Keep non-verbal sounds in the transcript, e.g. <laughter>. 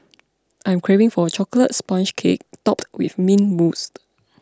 I am craving for a Chocolate Sponge Cake Topped with Mint Mousse <noise>